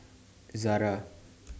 Zara